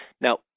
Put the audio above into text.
Now